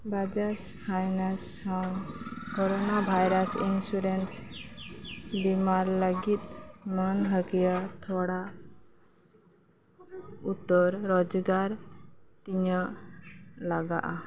Bajaj finance ᱥᱟᱶ corona virus insurance ᱵᱤᱢᱟ ᱞᱟᱜᱤᱫ ᱢᱟᱹᱱᱦᱟᱹᱠᱤᱭᱟᱹ ᱛᱷᱚᱲᱟ ᱩᱛᱟᱹᱨ ᱨᱚᱡᱽᱜᱟᱨ ᱛᱤᱱᱟᱹᱜ ᱞᱟᱜᱟᱜᱼᱟ